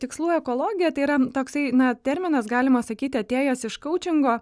tikslų ekologiją tai yra toksai na terminas galima sakyti atėjęs iš kaučingo